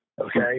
Okay